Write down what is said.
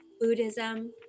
Buddhism